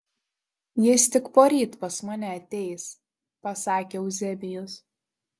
jis tik poryt pas mane ateis pasakė euzebijus